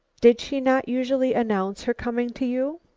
did she not usually announce her coming to you?